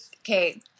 okay